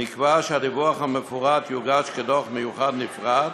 הדיווח המפורט יוגש כדוח מיוחד נפרד,